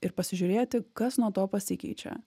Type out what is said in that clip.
ir pasižiūrėti kas nuo to pasikeičia